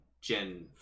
gen